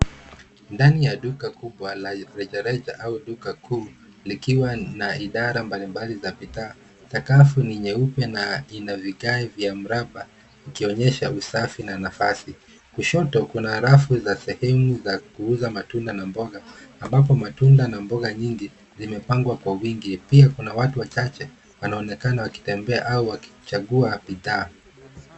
Ndani ya duka kubwa la rejareja au duka kuu likiwa na idara mbalimbali za bidhaa. Sakafu ni nyeupe na ina vigae vya mraba ikionyesha usafi na nafasi. Kushoto kuna rafu za sehemu za kuuza matunda na mboga, ambapo matunda na mboga nyingi zimepangwa kwa wingi. Pia kuna watu wachache wanaonekana wakitembea au wakichagua bidhaa.